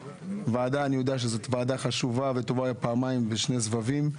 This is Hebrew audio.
זאת ועדה חשובה , והוא היה פה פעמיים בשני סבבים.